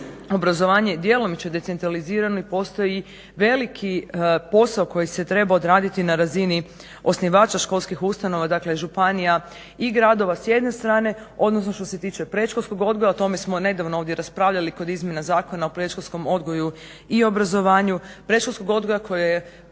obrazovanje djelomično decentralizirano i postoji veliki posao koji se treba odraditi na razini osnivača školskih ustanova dakle županija i gradova s jedne strane, odnosno što se tiče predškolskog odgoja. O tome smo nedavno ovdje raspravljali kod izmjena Zakona o predškolskom odgoju i obrazovanju, predškolskog odgoja koji je